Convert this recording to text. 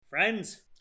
Friends